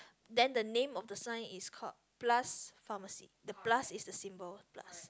then the name of the sign is called plus pharmacy the plus is the symbol plus